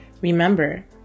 Remember